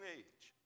age